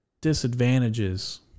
disadvantages